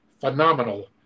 phenomenal